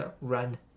run